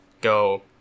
go